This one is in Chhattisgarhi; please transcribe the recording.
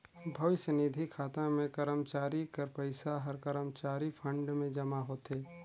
भविस्य निधि खाता में करमचारी कर पइसा हर करमचारी फंड में जमा होथे